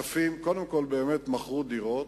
קודם כול, באמת מכרו דירות.